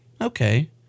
okay